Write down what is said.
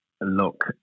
look